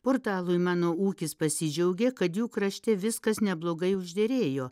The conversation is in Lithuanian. portalui mano ūkis pasidžiaugė kad jų krašte viskas neblogai užderėjo